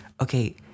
okay